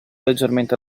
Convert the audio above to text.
leggermente